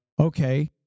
okay